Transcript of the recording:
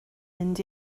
mynd